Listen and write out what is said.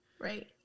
Right